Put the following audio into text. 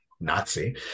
Nazi